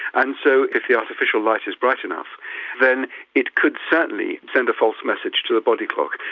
and so if the artificial light is bright enough then it could certainly send a false message to the body clock,